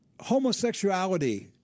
homosexuality